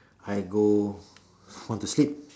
I go home to sleep